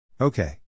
Okay